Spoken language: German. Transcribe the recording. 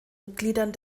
mitgliedern